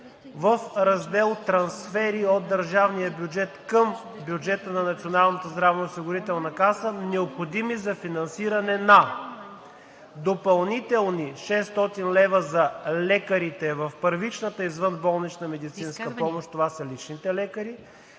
в Раздел „Трансфери от държавния бюджет“ към бюджета на Националната здравноосигурителна каса, необходими за финансиране на: допълнителни 600 лв. за лекарите в първичната извънболнична медицинска помощ – това са личните лекари;